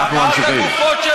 אז למה חטפו את הגופה?